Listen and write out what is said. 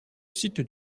site